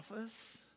office